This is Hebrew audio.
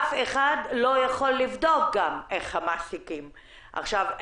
אף אחד גם לא יכול לבדוק איך המעסיקים מתנהלים.